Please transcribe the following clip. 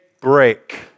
break